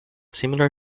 similar